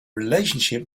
relationship